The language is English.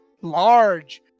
large